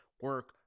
Work